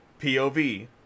POV